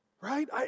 right